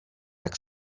jak